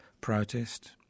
protest